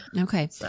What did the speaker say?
Okay